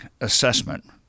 assessment